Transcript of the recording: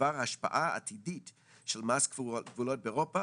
בדבר השפעה עתידית של מס גבולות באירופה